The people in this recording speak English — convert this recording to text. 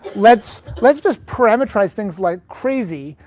let's let's just parameterize things like crazy.